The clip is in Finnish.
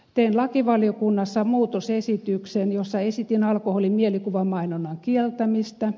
tein lakivaliokunnassa muutosesityksen jossa esitin alkoholin mielikuvamainonnan kieltämistä